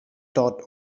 taught